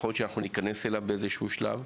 יכול להיות שניכנס אליו באיזשהו שלב,